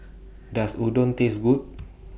Does Udon Taste Good